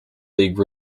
league